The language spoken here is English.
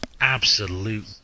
absolute